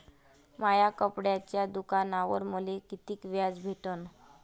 माया कपड्याच्या दुकानावर मले कितीक व्याज भेटन?